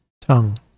tongue